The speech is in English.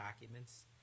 documents